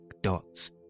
dots